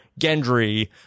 Gendry